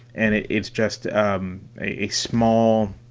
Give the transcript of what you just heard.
and it's just a small,